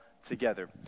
together